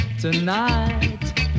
tonight